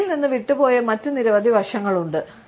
ചർച്ചയിൽ നിന്ന് വിട്ടുപോയ മറ്റ് നിരവധി വശങ്ങളുണ്ട്